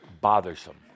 bothersome